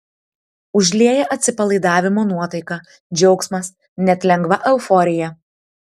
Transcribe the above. užlieja atsipalaidavimo nuotaika džiaugsmas net lengva euforija